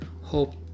hope